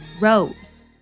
rose